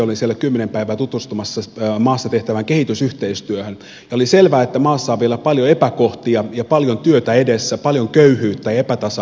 olin siellä kymmenen päivää tutustumassa maassa tehtävään kehitysyhteistyöhön ja oli selvää että maassa on vielä paljon epäkohtia ja paljon työtä edessä paljon köyhyyttä ja epätasa arvoa